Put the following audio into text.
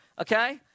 Okay